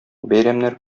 бәйрәмнәр